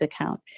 account